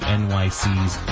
nyc's